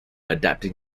adapting